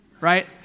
Right